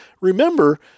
remember